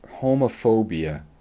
homophobia